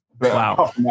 wow